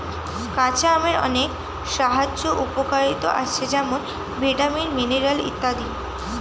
কাঁচা আমের অনেক স্বাস্থ্য উপকারিতা আছে যেমন ভিটামিন, মিনারেল ইত্যাদি